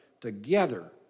together